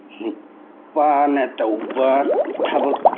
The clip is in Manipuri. ꯅꯨꯄꯥꯅ ꯇꯧꯕ ꯊꯕꯛ